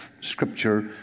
scripture